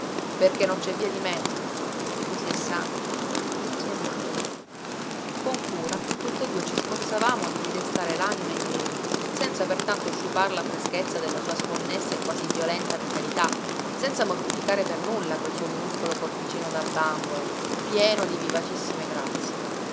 perché non c'è via di mezzo o si è santi o si è matti con cura tutt'e due ci sforzavamo di ridestare l'anima in mirina senza pertanto sciupar la freschezza della sua sconnessa e quasi violenta vitalità senza mortificare per nulla quel suo minuscolo corpicino da bambola pieno di vivacissime grazie